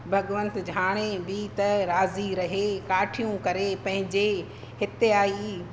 भगवंत हाणे बि त राज़ी रहे काठियूं करे पंहिंजे हिते आई